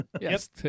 Yes